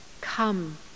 come